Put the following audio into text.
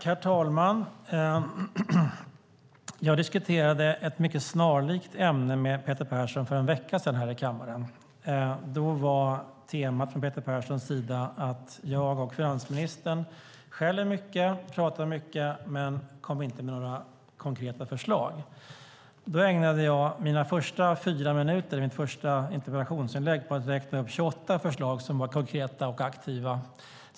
Herr talman! Jag diskuterade ett mycket snarlikt ämne med Peter Persson för en vecka sedan här i kammaren. Då var temat från Peter Perssons sida att jag och finansministern skäller och pratar mycket men kommer inte med några konkreta förslag. Då ägnade jag mitt första interpellationsinlägg på fyra minuter åt att räkna upp 28 förslag som var konkreta och aktiva.